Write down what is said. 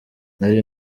nari